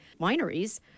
wineries